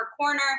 corner